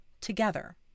together